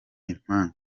impanga